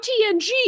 TNG